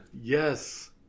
yes